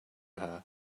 her